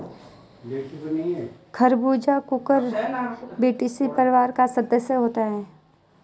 खरबूजा कुकुरबिटेसी परिवार का सदस्य होता है